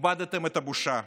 איבדם את הבושה.